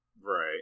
Right